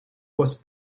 was